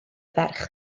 ferch